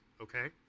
okay